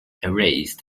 erased